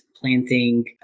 planting